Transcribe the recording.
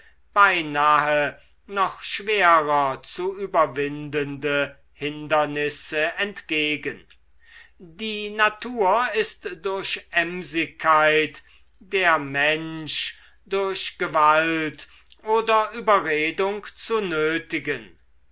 beinahe noch schwerer zu überwindende hindernisse entgegen die natur ist durch emsigkeit der mensch durch gewalt oder überredung zu nötigen